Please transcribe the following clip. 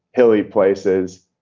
hilly places.